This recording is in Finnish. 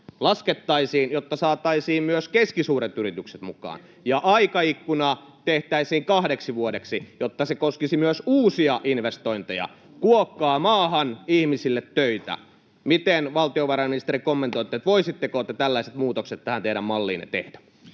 laskettaisiin, jotta saataisiin myös keskisuuret yritykset mukaan, ja aikaikkuna tehtäisiin kahdeksi vuodeksi, jotta se koskisi myös uusia investointeja. Kuokkaa maahan, ihmisille töitä. Miten, valtiovarainministeri, kommentoitte: voisitteko te tällaiset muutokset tähän teidän malliinne tehdä?